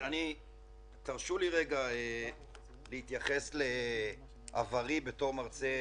תרשו לי רגע להתייחס לעברי בתור מרצה